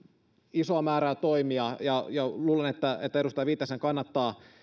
isoa määrää toimia luulen että että edustaja viitasen kannattaa